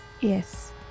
yes